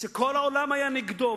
שכל העולם היה נגדו,